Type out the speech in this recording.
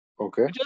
Okay